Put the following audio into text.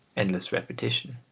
endless repetition,